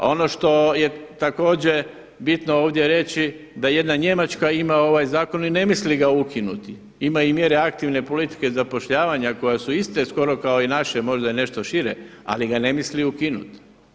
Ono što je također bitno ovdje reći da jedna Njemačka ima ovaj zakon i ne misli ga ukinuti, ima i mjere aktivne politike zapošljavanja koja su iste skoro kao i naše, možda i nešto šire ali ga ne misli ukinuti.